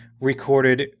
recorded